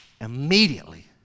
Immediately